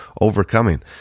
overcoming